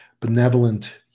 benevolent